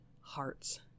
hearts